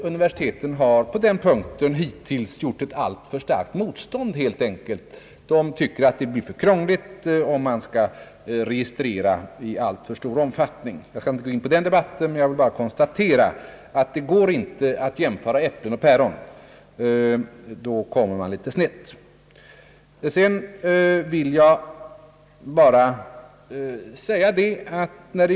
Universiteten har på den punkten hittills helt enkelt gjort ett alltför starkt motstånd; de tycker att det blir alltför krångligt om man skall registrera i alltför stor omfattning. Jag skall inte gå in på den frågan.